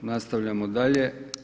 Nastavljamo dalje.